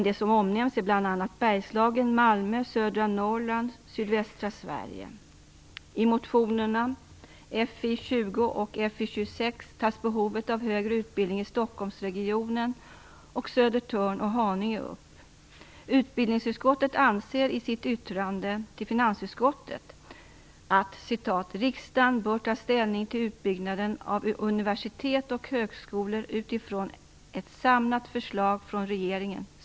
Det som omnämns är bl.a. Bergslagen, I motionerna Fi20 och Fi26 tas behovet av högre utbildning i Stockholmsregionen, Södertörn och Haninge upp. Utbildningsutskottet anser i sitt yttrande till finansutskottet att "riksdagen bör ta ställning till utbyggnaden av universitet och högskolor utifrån ett samlat förslag från regeringen".